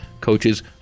coaches